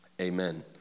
amen